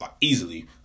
easily